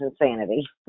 insanity